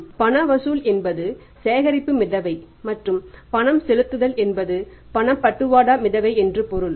எனவே பண வசூல் என்பது சேகரிப்பு மிதவை மற்றும் பணம் செலுத்துதல் என்பது பணபட்டுவாடா மிதவை என்று பொருள்